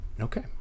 Okay